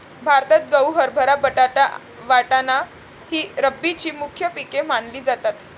भारतात गहू, हरभरा, बटाटा, वाटाणा ही रब्बीची मुख्य पिके मानली जातात